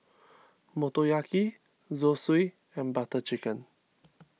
Motoyaki Zosui and Butter Chicken